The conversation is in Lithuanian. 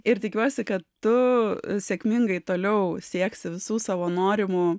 ir tikiuosi kad tu sėkmingai toliau sieksi visų savo norimų